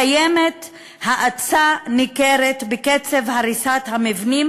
קיימת האצה ניכרת בקצב הריסת המבנים